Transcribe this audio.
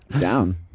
Down